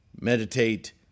meditate